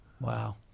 Wow